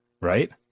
right